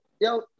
yo